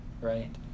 Right